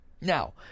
Now